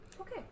Okay